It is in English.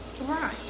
Right